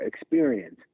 experience